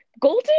Golden